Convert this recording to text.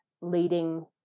leading